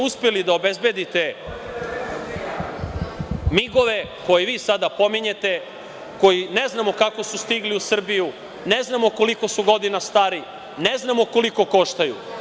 Uspeli ste da obezbedite migove koje sada pominjete, za koje ne znamo kako su stigli u Srbiju, ne znamo koliko su godina stari, ne znamo koliko koštaju.